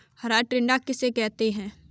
हरा टिड्डा किसे कहते हैं?